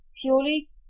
purely